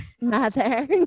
mother